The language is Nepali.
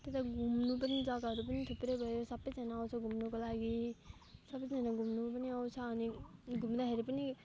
त्यता घुम्नु पनि जग्गाहरू पनि थुप्रै भयो सबैजना आउँछ घुम्नुको लागि सबैजना घुम्नु पनि आउँछ अनि घुम्दाखेरि पनि